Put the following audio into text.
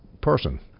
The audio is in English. person